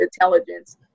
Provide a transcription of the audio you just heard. intelligence